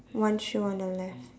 one shoe on the left